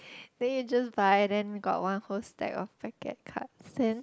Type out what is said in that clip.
then you just buy then we got one whole stack of packet cards then